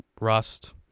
rust